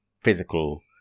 physical